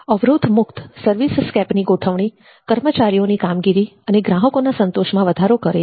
અવરોધમુક્ત service સ્કેપની ગોઠવણી કર્મચારીઓની કામગીરી અને ગ્રાહકોના સંતોષમાં વધારો કરે છે